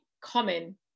common